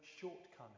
shortcoming